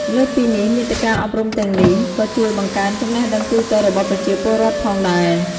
លើសពីនេះ មាតិកាអប់រំទាំងនេះក៏ជួយបង្កើនចំណេះដឹងទូទៅរបស់ប្រជាពលរដ្ឋផងដែរ។